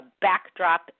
backdrop